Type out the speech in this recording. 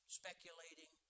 speculating